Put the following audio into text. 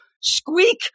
Squeak